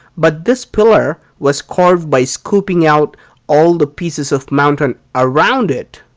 but this pillar was carved by scooping out all the pieces of mountain around it.